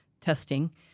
testing